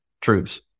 troops